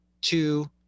two